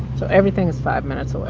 so everything is five minutes away